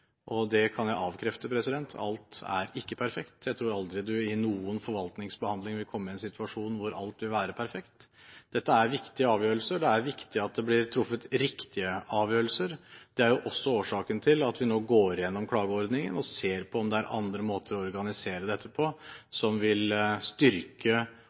Det kan jeg avkrefte. Alt er ikke perfekt. Jeg tror aldri man i noen forvaltningsbehandling vil komme i en situasjon hvor alt er perfekt. Dette er viktige avgjørelser, og det er viktig at det blir truffet riktige avgjørelser. Det er også årsaken til at vi nå går igjennom klageordningen og ser på om det er andre måter å organisere dette på som vil styrke